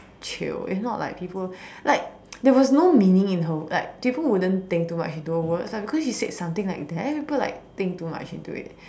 chill if not like people like there was no meaning in her like people wouldn't think too much into her words like because she said something like that people like think too much into it